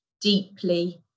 deeply